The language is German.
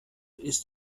ist